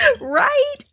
Right